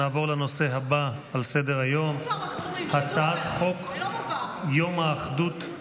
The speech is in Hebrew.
נעבור לנושא הבא על סדר-היום: הצעת חוק יום האחדות,